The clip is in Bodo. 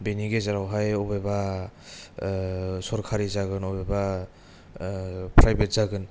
बेनि गेजेरावहाय अबेबा सरकारि जागोन अबेबा फ्रायबेत जागोन